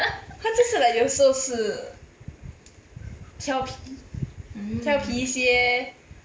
他就是有时候是调皮调皮一些